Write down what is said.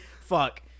fuck